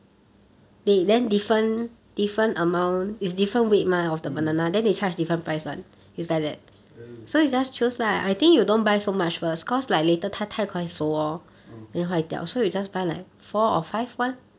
mm oh oh